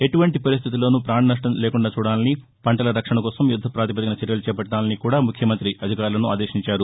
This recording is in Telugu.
ఎటువంటి పరిస్టితుల్లోనూ పాణనష్టం లేకుండా చూడాలని పంటల రక్షణ కోసం యుద్దపాతిపదికన చర్యలు చేపట్టాలని కూడా ముఖ్యమంతి అధికారులను ఆదేశించారు